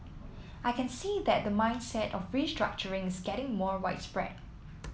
I can see that the mindset of restructuring is getting more widespread